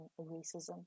racism